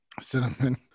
Cinnamon